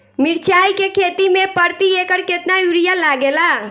मिरचाई के खेती मे प्रति एकड़ केतना यूरिया लागे ला?